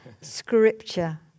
scripture